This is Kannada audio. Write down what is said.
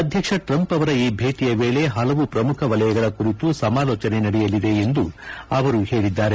ಅಧ್ಯಕ್ಷ ಟ್ರಂಪ್ ಅವರ ಈ ಭೇಟಿಯ ವೇಳೆ ಹಲವು ಪ್ರಮುಖ ವಲಯ ಕುರಿತು ಸಮಾಲೋಜನೆ ನಡೆಯಲಿದೆ ಎಂದೂ ಸಪ ಅವರು ಹೇಳಿದ್ದಾರೆ